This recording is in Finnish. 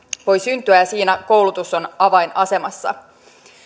voi syntyä ja siinä koulutus on avainasemassa